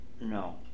no